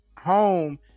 home